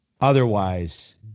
otherwise